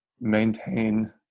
maintain